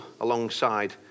alongside